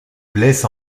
blesse